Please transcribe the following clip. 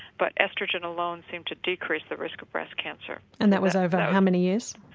but oestrogen alone seemed to decrease the risk of breast cancer. and that was over how many years?